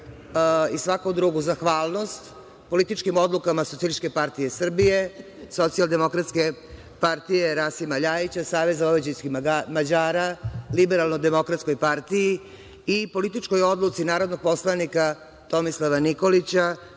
i svaku drugu zahvalnost političkim odlukama Socijalističke partije Srbije, Socijaldemokratske partije Rasima LJajića, Saveza vojvođanskih Mađara, Liberalno-demokratskoj partiji i političkoj odluci narodnog poslanika Tomislava Nikolića,